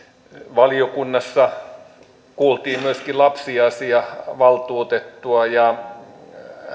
valiokunnassa kuultiin myöskin lapsiasiavaltuutettua ja